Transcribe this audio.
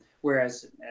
whereas